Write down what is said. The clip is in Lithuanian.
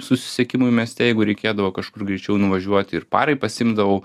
susisiekimui mieste jeigu reikėdavo kažkur greičiau nuvažiuoti ir parai pasiimdavau